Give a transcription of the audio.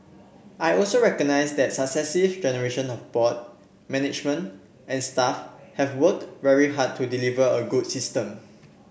I also recognise that successive generation of board management and staff have worked very hard to deliver a good system